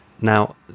Now